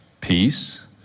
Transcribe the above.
peace